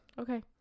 Okay